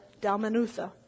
Dalmanutha